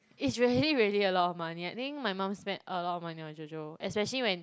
it's really really a lot of money I think my mum spent a lot of money on JoJo especially when